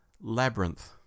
Labyrinth